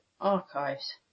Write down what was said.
archives